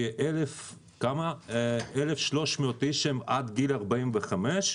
כ-1,300 אנשים שהם עד גיל 45,